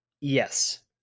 yes